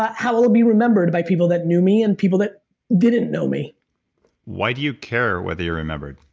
how i'll be remembered by people that knew me and people that didn't know me why do you care whether you're remembered?